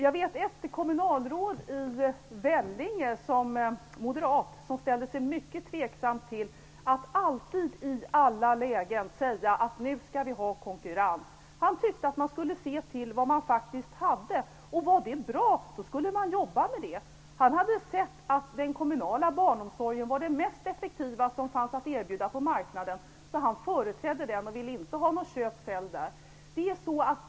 Jag vet ett moderat kommunalråd i Vellinge som ställde sig mycket tveksam till att i alla lägen säga: Nu skall vi ha konkurrens. Han tyckte att man skulle se till vad man faktiskt hade, och var det bra så skulle man jobba med det. Han hade sett att den kommunala barnomsorgen var den mest effektiva som fanns att erbjuda på marknaden, så han föredrog den och ville inte ha något köp-sälj-system där.